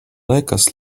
lekas